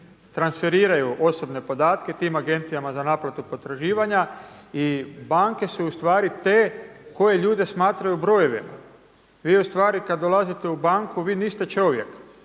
transferiraju osobne podatke tim Agnecijama za naplatu potraživanja i banke su u stvari te koje ljude smatraju brojevima. Vi u stvari kad dolazite u banku vi niste čovjek,